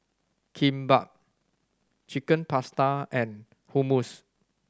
Kimbap Chicken Pasta and Hummus